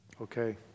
Okay